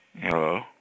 Hello